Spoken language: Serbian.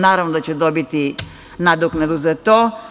Naravno da će dobiti nadoknadu za to.